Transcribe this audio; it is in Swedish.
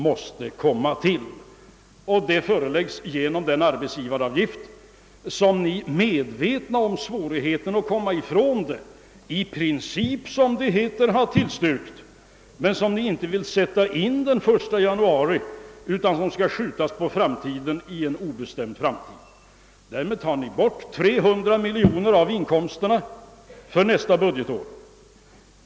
För det ändamålet föreslås den arbetsgivaravgift som ni — medvetna om svårigheterna att komma ifrån den — i princip såsom det heter har tillstyrkt, men som ni inte vill låta tilllämpas från den 1 januari utan som skall uppskjutas till en obestämd framtid. Därmed tar ni bort 300 miljoner av inkomsterna för nästa budgetår.